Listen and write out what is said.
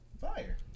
fire